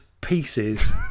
pieces